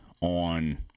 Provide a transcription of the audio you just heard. on